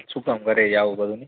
શું કામ ઘરે જવું ભલું ને